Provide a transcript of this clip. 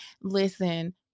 Listen